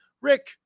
Rick